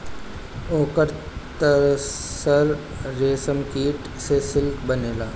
ओकर तसर रेशमकीट से सिल्क बनेला